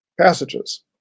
passages